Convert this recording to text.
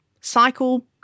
cycle